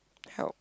help